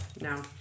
No